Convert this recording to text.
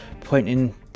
pointing